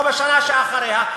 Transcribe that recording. או בשנה שאחריה,